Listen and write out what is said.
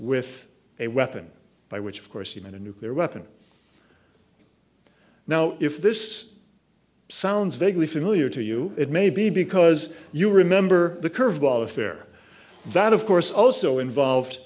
with a weapon by which of course even a nuclear weapon now if this sounds vaguely familiar to you it may be because you remember the curveball affair that of course also involved